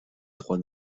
droits